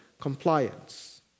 compliance